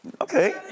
Okay